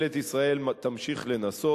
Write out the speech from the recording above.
ממשלת ישראל תמשיך לנסות.